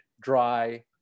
dry